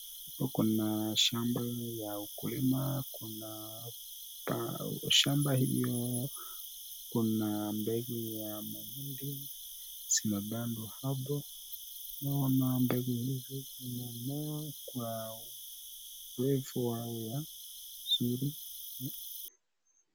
Hapa kuna shamba ya ukulima. Kuna shamba hiyo kuna mbegu ya mahindi zimepandwa hapa. Naona mbegu hizo zimemea kwa wevu hawa zuri.